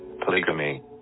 polygamy